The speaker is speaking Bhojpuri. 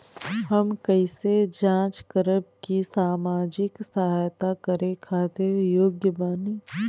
हम कइसे जांच करब की सामाजिक सहायता करे खातिर योग्य बानी?